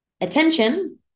attention